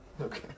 Okay